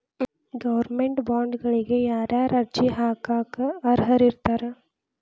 Government ಬಾಂಡ್ಗಳಿಗ ಯಾರ್ಯಾರ ಅರ್ಜಿ ಹಾಕಾಕ ಅರ್ಹರಿರ್ತಾರ?